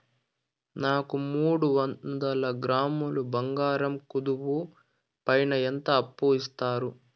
నాకు మూడు వందల గ్రాములు బంగారం కుదువు పైన ఎంత అప్పు ఇస్తారు?